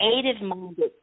creative-minded